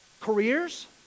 Careers